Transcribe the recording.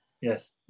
yes